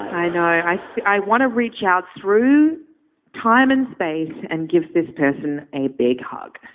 i know i i want to reach out through time and space and give this person a big hug.